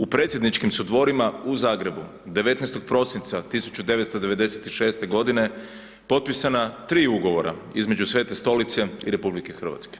U predsjedničkim su dvorima u Zagrebu 19. prosinca 1996. potpisana 3 ugovora između Svete Stolice i RH.